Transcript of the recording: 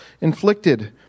inflicted